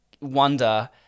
wonder